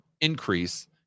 increase